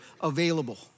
available